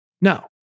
No